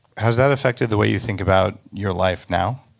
has that affected the way you think about your life now?